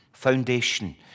foundation